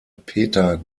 peter